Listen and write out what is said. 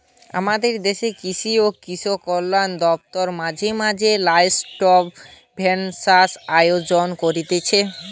আমদের দেশের কৃষি ও কৃষিকল্যান দপ্তর মাঝে মাঝে লাইভস্টক সেনসাস আয়োজন করতিছে